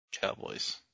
Cowboys